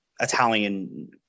Italian